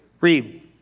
Read